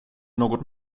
något